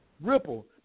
Ripple